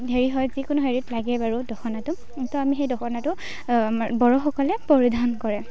হেৰি হয় যিকোনো হেৰিত লাগে বাৰু দখনাটো এইটো আমি সেই দখনাটো আমাৰ বড়োসকলে পৰিধান কৰে